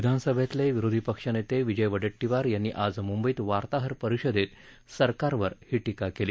विधानसभेतले विरोधी पक्षनेते विजय वडेट्टीवार यांनी आज मुंबईत वार्ताहर परिषदेत सरकारवर ही टीका केली